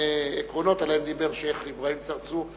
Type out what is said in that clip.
עקרונות שעליהם דיבר השיח' אברהים צרצור,